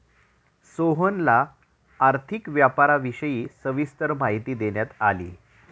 सोहनला आर्थिक व्यापाराविषयी सविस्तर माहिती देण्यात आली